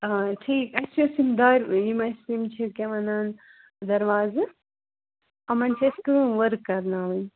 آ ٹھیٖک اَسہِ ٲسۍ یِم دارِ یِم اَسہِ یِم چھِ کیٛاہ وَنان دَروازٕ یِمَن چھِ اَسہِ کٲم ؤرٕک کَرناوٕنۍ